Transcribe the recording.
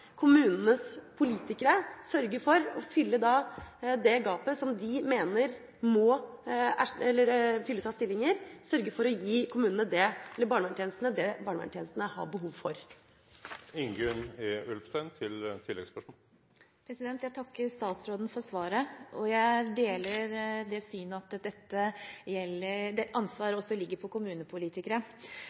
kommunenes politikere sørger for å fylle det gapet med stillinger og gir barnevernstjenestene det de har behov for. Jeg takker statsråden for svaret. Jeg deler det synet at ansvaret også ligger hos kommunepolitikerne. Jeg er også glad for at det har vært et økt fokus på